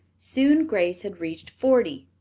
soon grace had reached forty.